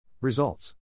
Results